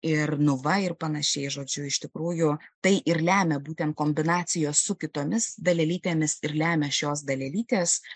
ir nu va ir panašiai žodžiu iš tikrųjų tai ir lemia būtent kombinacijos su kitomis dalelytėmis ir lemia šios dalelytės